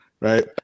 right